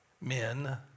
men